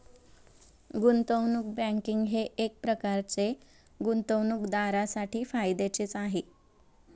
गुंतवणूक बँकिंग हे एकप्रकारे गुंतवणूकदारांसाठी फायद्याचेच आहे